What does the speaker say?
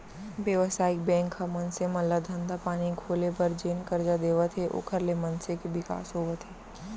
बेवसायिक बेंक ह मनसे मन ल धंधा पानी खोले बर जेन करजा देवत हे ओखर ले मनसे के बिकास होवत हे